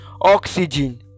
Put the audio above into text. Oxygen